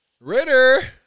Ritter